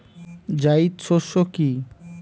জায়িদ শস্য কি?